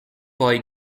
boy